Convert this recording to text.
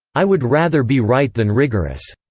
i would rather be right than rigorous,